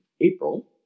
April